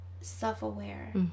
self-aware